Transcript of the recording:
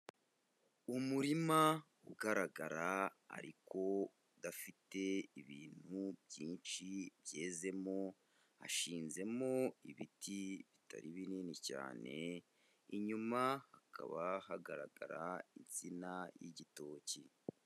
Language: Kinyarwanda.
Umurima ugaragara ariko udafite ibintu byinshi byezemo, hashizemo ibiti bitari binini cyane. Inyuma hakaba hagaragara insina y'igitoki.